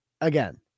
again